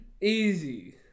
Easy